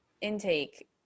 intake